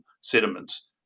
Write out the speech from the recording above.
sediments